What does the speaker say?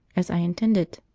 as i intended.